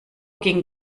ging